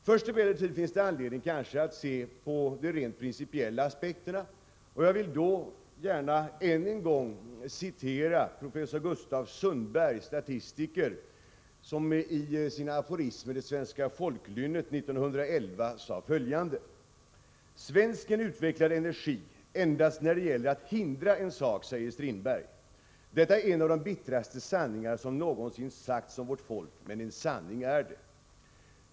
Först finns det emellertid anledning att se på de rent principiella aspekterna. Jag vill då gärna än en gång citera professor Gustav Sundbärg, statistiker, som i sina aforismer i ”Det svenska folklynnet” 1911 sade följande: ”Svensken utvecklar energi, endast när det gäller att hindra en sak, säger Strindberg. Detta är en av de bittraste sanningar, som någonsin sagts om vårt folk, men en sanning är det.